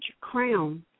crown